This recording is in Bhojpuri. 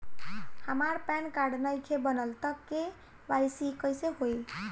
हमार पैन कार्ड नईखे बनल त के.वाइ.सी कइसे होई?